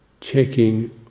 checking